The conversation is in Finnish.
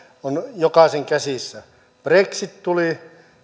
on jokaisen käsissä brexit tuli